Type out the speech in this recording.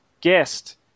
guest